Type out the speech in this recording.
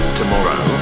tomorrow